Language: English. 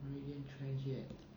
meridian trench yet